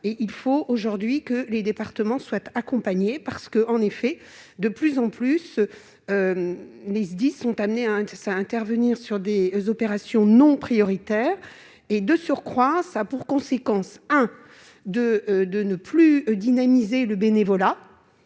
et il faut aujourd'hui que les départements souhaite accompagner parce que en effet de plus en plus, les indices sont amenés à un ça intervenir sur des opérations non prioritaires et de surcroît ça a pour conséquence un de de ne plus dynamiser le bénévolat,